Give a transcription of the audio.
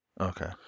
Okay